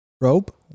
Rope